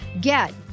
Get